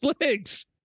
legs